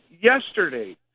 yesterday